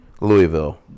Louisville